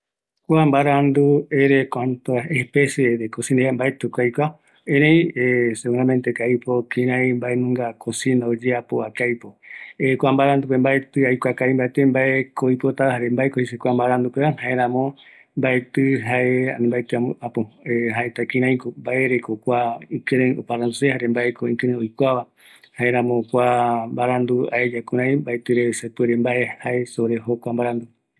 ﻿Kua mbarandu ere ko cuanto a especie de mbaetï ko aikua erei seguramente que aipo kirai baenunga cocina oeyeapo ba ko aipo kua mbarandu mbaetï aikua kavi mbaete mbae ko oipotova jare bae ko jei seve kua mbarandu pe va jaeramo mbaetï jae ani mbaetï apo jaeta kirai ko mbaereko kua ikirei oparandu se jare mbae ko ikirei oikuava jaeramo kua mbarandu aeya kurei mbaeti reve sepuere mbae jae sobre jokua mbarandu